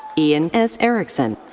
ian s. erickson.